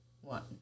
one